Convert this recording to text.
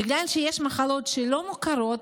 בגלל שיש מחלות שלא מוכרות,